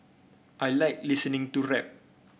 I like listening to rap